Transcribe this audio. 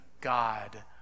God